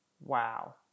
Wow